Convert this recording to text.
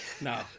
No